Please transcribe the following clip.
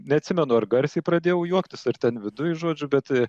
neatsimenu ar garsiai pradėjau juoktis ar ten viduj žodžiu bet